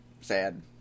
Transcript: sad